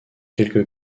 quelques